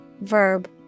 Verb